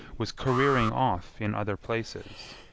was careering off in other places,